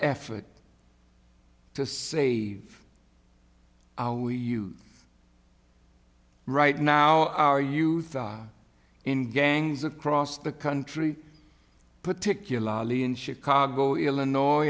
effort to save our we right now our youth are in gangs across the country particularly in chicago illinois